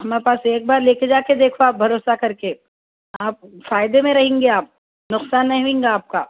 ہمارے پاس ایک بار لے کے جا کے دیکھو آپ بھروسہ کر کے آپ فائدہ میں رہیں گے آپ نقصان نہیں ہوئیں گا آپ کا